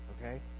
Okay